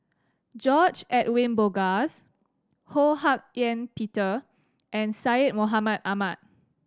George Edwin Bogaars Ho Hak Ean Peter and Syed Mohamed Ahmed